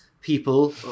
people